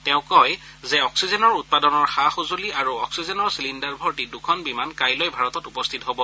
তেওঁ কয় যে অক্সিজেনৰ উৎপাদনৰ সা সজূলি আৰু অক্সিজেনৰ চিলিণ্ডাৰভৰ্তী দুখন বিমান কাইলৈ ভাৰতত উপস্থিত হব